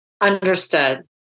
understood